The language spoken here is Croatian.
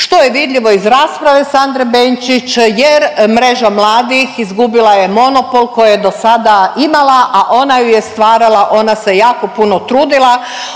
što je vidljivo iz rasprave Sandre Benčić jer Mreža mladih izgubila je monopol koju je do sada imala, a ona ju je stvarala, ona se jako puno trudila